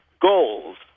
goals